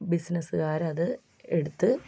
ബിസിനെസ്സുകാരത് എടുത്ത്